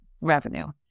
revenue